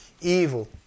evil